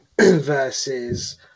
versus